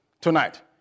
tonight